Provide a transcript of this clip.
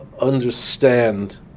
understand